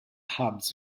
hubs